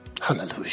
hallelujah